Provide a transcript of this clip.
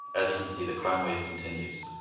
as you can see the crime wave continues.